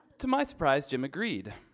to my surprise, jim agreed.